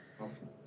Awesome